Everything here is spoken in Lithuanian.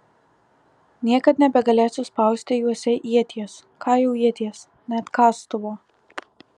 niekad nebegalėsiu spausti juose ieties ką jau ieties net kastuvo